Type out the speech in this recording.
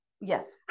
Yes